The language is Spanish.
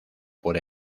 por